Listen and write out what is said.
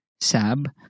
Sab